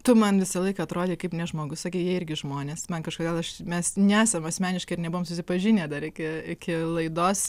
tu man visą laiką atrodei kaip ne žmogus sakei jie irgi žmonės man kažkodėl aš mes nesam asmeniškai ir nebuvom susipažinę dar iki iki laidos